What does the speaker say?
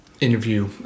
interview